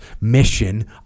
mission